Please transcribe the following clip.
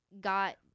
got